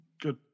Good